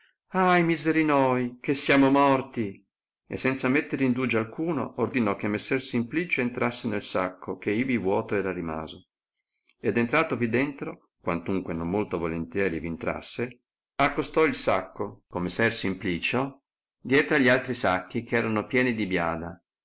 ahi miseri noi che siamo morti e senza metter indugio alcuno ordinò che messer simplicio entrasse nel sacco che ivi vuoto era rimaso ed entratovi dentro quantunque non molto volontieri v intrasse accostò il sacco con messer simplicio dietro a gli altri sacchi che erano pieni di biada